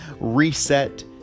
reset